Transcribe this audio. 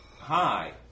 Hi